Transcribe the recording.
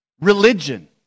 Religion